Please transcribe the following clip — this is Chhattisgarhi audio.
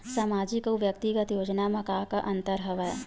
सामाजिक अउ व्यक्तिगत योजना म का का अंतर हवय?